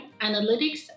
analytics